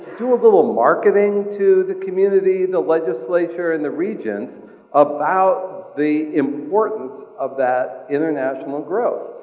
do a little marketing to the community, the legislature, and the regents about the importance of that international growth.